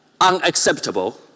unacceptable